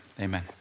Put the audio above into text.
amen